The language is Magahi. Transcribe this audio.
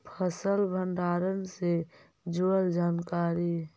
फसल भंडारन से जुड़ल जानकारी?